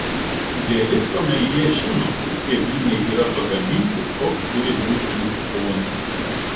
geri someljė žino kur tie vynai yra pagaminti koks turi būti jų skonis